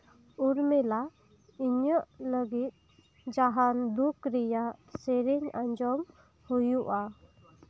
ᱩᱨᱢᱤᱞᱟ ᱤᱧᱟᱹᱜ ᱞᱟᱹᱜᱤᱫ ᱡᱟᱦᱟᱸᱱ ᱫᱩᱠᱷ ᱨᱮᱭᱟᱜ ᱥᱮᱨᱮᱧ ᱟᱸᱡᱚᱢ ᱦᱩᱭᱩᱜ ᱟ